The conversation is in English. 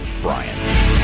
Brian